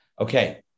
Okay